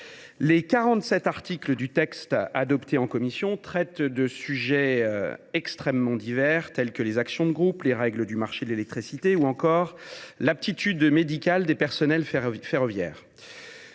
sept articles du texte adopté en commission traitent de sujets extrêmement divers, tels que les actions de groupe, les règles du marché de l’électricité ou encore l’aptitude médicale des personnels ferroviaires.